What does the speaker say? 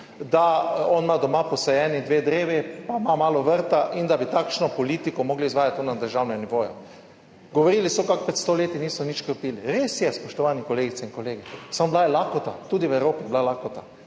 da on ima doma posajeni dve drevji, pa ima malo vrta, in da bi takšno politiko mogli izvajati na državnem nivoju Govorili so kako pred 100 leti niso nič škropili. Res je, spoštovane kolegice in kolegi, samo bila je lakota, tudi v Evropi je bila lakota.